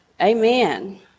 amen